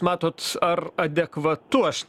matot ar adekvatu aš